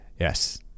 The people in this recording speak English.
Yes